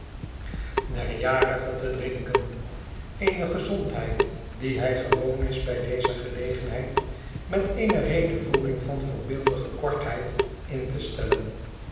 der jarige te drinken eene gezondheid die hij gewoon is bij deze gelegenheid met eene redevoering van voorbeeldige kortheid in te stellen